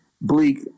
bleak